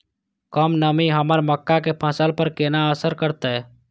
कम नमी हमर मक्का के फसल पर केना असर करतय?